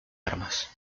armas